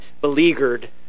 beleaguered